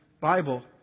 Bible